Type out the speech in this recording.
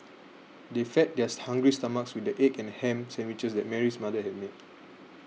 they fed theirs hungry stomachs with the egg and ham sandwiches that Mary's mother had made